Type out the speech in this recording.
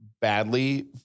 badly